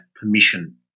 permission